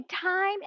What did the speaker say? time